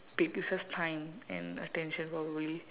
big it's just time and attention probably